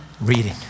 reading